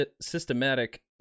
systematic